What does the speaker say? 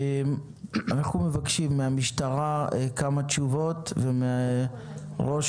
אנחנו מבקשים מהמשטרה כמה תשובות ומראש